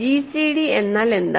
GCD എന്നാൽ എന്താണ്